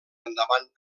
endavant